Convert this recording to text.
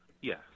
yes